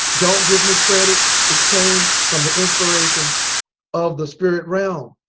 don't give me credit it came from the inspiration of the spirit realm.